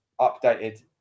updated